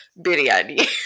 biryani